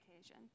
occasion